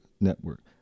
network